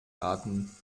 raten